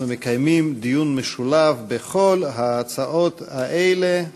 אנחנו מקיימים דיון משולב בכל ההצעות האלה.